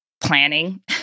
planning